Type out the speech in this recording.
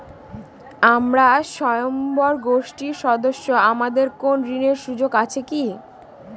আমরা স্বয়ম্ভর গোষ্ঠীর সদস্য আমাদের কোন ঋণের সুযোগ আছে কি?